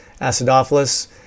acidophilus